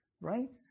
right